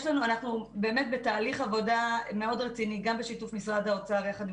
אנחנו באמת בתהליך עבודה מאוד רציני בשיתוף משרד האוצר ויחד עם